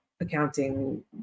accounting